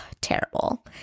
Terrible